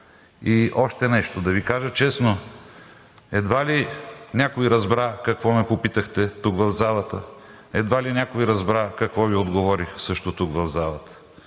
И още нещо. Да Ви кажа честно едва ли някой разбра какво ме попитахте тук в залата, едва ли някой разбра какво Ви отговорих също тук в залата!